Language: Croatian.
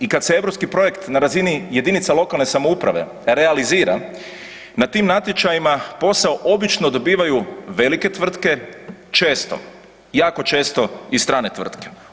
I kad se europski projekt na razini jedinica lokalne samouprave realizira na tim natječajima posao obično dobivaju velike tvrtke često, jako često i strane tvrtke.